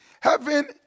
Heaven